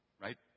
Right